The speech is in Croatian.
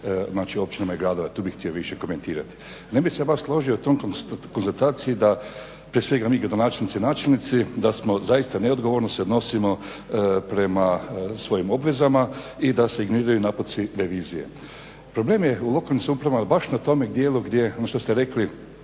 znači općina i gradova, tu bih htio više komentirati. Ne bih se baš složio s tom konstatacijom da prije svega mi gradonačelnici i načelnici da smo zaista neodgovorno se odnosimo prema svojim obvezama i da se ignoriraju naputci revizije. Problem je u lokalnim samoupravama baš na tome dijelu gdje, ono što ste rekli,